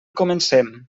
comencem